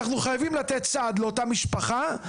אנחנו חייבים לתת סעד לאותה המשפחה.